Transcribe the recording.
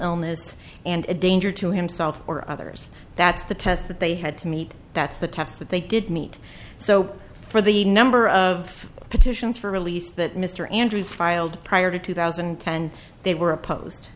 illness and a danger to himself or others that the test that they had to meet that's the test that they did meet so for the number of petitions for release that mr andrews filed prior to two thousand and ten they were opposed